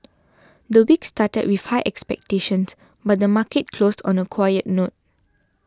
the week started with high expectations but the market closed on a quiet note